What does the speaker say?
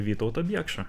vytautą biekšą